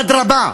אדרבה,